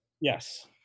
Yes